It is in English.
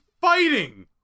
fighting